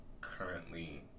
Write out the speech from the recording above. currently